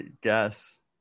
guess